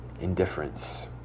indifference